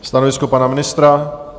Stanovisko pana ministra?